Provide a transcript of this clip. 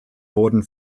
wurden